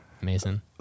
Mason